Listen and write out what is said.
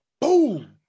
boom